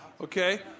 Okay